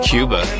Cuba